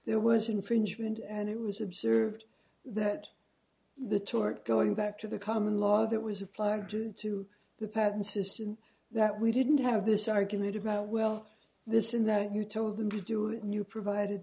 there was infringement and it was observed that the tort going back to the common law that was applied to the patent system that we didn't have this argument about well this in that you told them to do it new provided